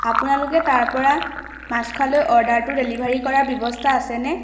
আপোনালোকে তাৰ পৰা মাছখোৱালৈ অৰ্ডাৰটো ডেলিভাৰী কৰাৰ ব্যৱস্থা আছেনে